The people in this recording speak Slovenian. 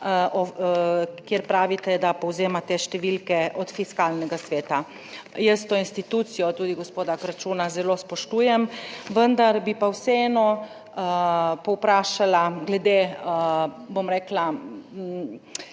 kjer pravite, da povzemate številke od Fiskalnega sveta. Jaz to institucijo tudi gospoda Kračuna zelo spoštujem, vendar bi pa vseeno povprašala glede, bom rekla,